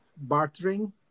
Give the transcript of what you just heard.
bartering